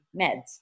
meds